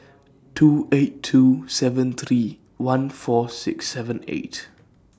two eight two seven three one four six seven eight